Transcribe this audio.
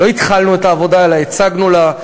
לא התחלנו את העבודה אלא הצגנו לה,